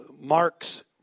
Mark's